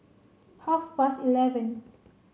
half past eleven